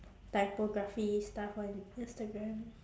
typography stuff on instagram